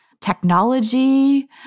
technology—